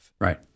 Right